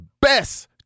best